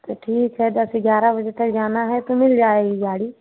तो ठीक है दस ग्यारह बजे तक जाना है तो मिल जाएगी गाड़ी